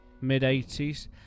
Mid-80s